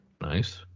Nice